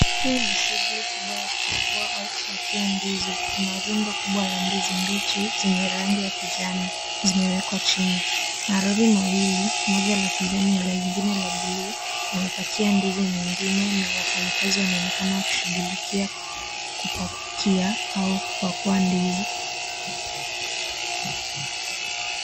Hii ni shughuli kubwa ya kupakua au kupakia ndizi. Kuna rundo kubwa la ndizi mbichi zenye rangi ya kijani zimewekwa chini. Malori mawili, moja la kijani na lingine la bluu yamepakia ndizi nyingine na wafanyikazi wanaonekana wakishughulikia kupakia au kupakua ndizi.